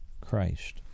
Christ